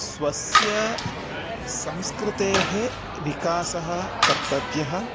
स्वस्य संस्कृतेः विकासः कर्तव्यः